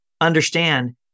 understand